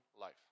life